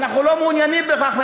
ואנחנו לא מעוניינים בכך,